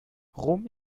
rom